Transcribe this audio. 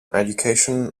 education